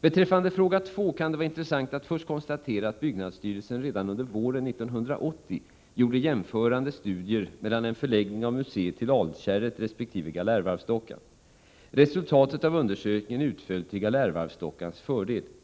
Beträffande fråga 2 kan det vara intressant att först konstatera att byggnadsstyrelsen redan under våren 1980 gjorde jämförande studier mellan en förläggning av museet till Alkärret resp. Galärvarvsdockan. Resultatet av undersökningen utföll till Galärvarvsdockans fördel.